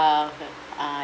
uh uh